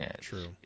true